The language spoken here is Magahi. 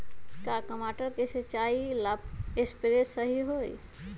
का टमाटर के सिचाई ला सप्रे सही होई?